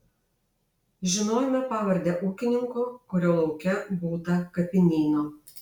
žinojome pavardę ūkininko kurio lauke būta kapinyno